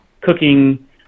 cooking